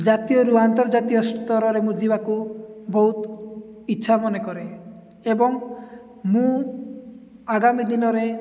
ଜାତୀୟରୁ ଆନ୍ତର୍ଜାତୀୟସ୍ତରରେ ମୁଁ ଯିବାକୁ ବହୁତ ଇଚ୍ଛା ମନେ କରେ ଏବଂ ମୁଁ ଆଗାମୀ ଦିନରେ